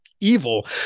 evil